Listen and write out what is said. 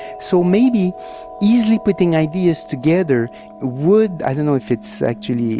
so maybe easily putting ideas together would, i don't know if it's actually